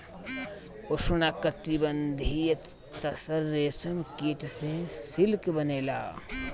उष्णकटिबंधीय तसर रेशम कीट से सिल्क बनेला